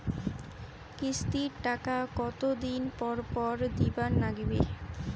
কিস্তির টাকা কতোদিন পর পর দিবার নাগিবে?